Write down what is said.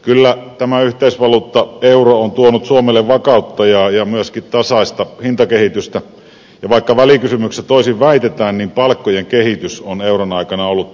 kyllä tämä yhteisvaluutta euro on tuonut suomelle vakautta ja myöskin tasaista hintakehitystä ja vaikka välikysymyksessä toisin väitetään niin palkkojen kehitys on euron aikana ollut tasaista